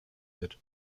wird